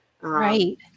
Right